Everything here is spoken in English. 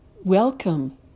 welcome